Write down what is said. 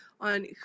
on